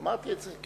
אמרתי את זה.